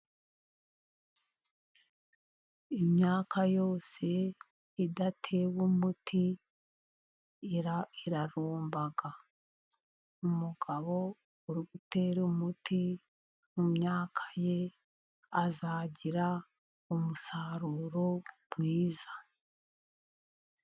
Imyaka yose idatewe umuti irarumba. Umugabo uri gutera umuti mu myaka ye, azagira umusaruro mwiza.